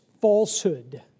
falsehood